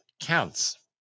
counts